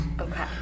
Okay